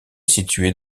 situé